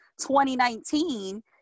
2019